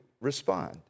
respond